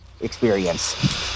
experience